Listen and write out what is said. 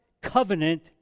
covenant